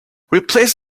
replace